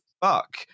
fuck